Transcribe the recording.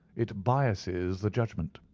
it biases the judgment.